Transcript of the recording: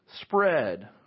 spread